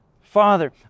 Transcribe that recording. Father